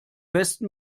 besten